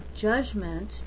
judgment